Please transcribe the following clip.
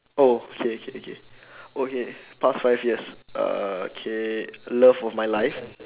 oh K K K okay past five years uh K love of my life